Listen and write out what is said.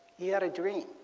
he had a dream.